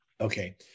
Okay